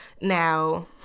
Now